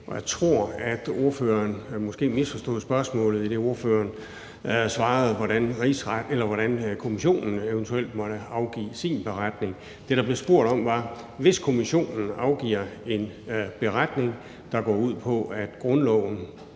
jeg tror måske, at ordføreren misforstod spørgsmålet, idet ordføreren svarede, hvordan kommissionen eventuelt måtte afgive sin beretning. Det, der blev spurgt om, var, hvordan Enhedslisten, hvis kommissionen afgiver en beretning, der går ud på, at ikke